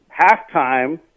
halftime